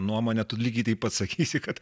nuomonę tu lygiai taip pat sakysi kad